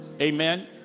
Amen